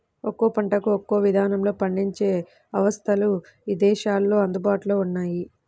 ఒక్కో పంటకు ఒక్కో ఇదానంలో పండించే అవస్థలు ఇదేశాల్లో అందుబాటులో ఉన్నయ్యి